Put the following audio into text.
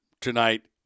tonight